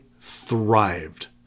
thrived